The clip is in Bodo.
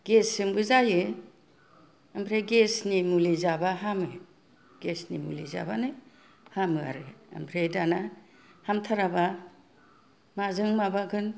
गेसजोंबो जायो ओमफ्राय गेसनि मुलि जाबा हामो गेसनि मुलि जाबानो हामो आरो ओमफ्राय दाना हामथाराबा माजों माबागोन